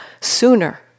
sooner